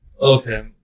Okay